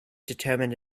determine